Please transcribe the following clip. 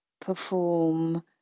perform